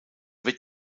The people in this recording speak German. wird